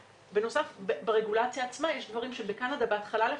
בנוסף, ברגולציה עצמה יש דברים שבקנדה בהתחלה לא